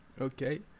Okay